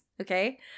okay